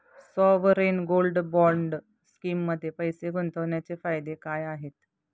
Sovereign gold bond स्कीममध्ये पैसे गुंतवण्याचे फायदे काय आहेत?